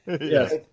Yes